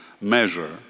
measure